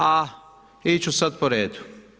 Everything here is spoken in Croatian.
A ići ću sad po redu.